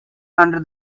under